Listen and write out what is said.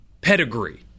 pedigree